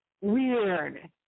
weird